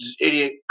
idiot